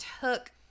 took